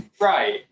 Right